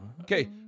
Okay